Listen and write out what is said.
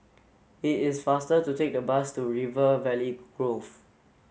it is faster to take the bus to River Valley Grove